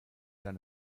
dann